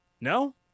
no